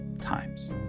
times